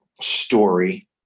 story